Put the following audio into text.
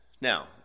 Now